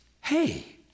hey